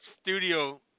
studio